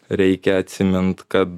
reikia atsiminti kad